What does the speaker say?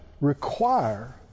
require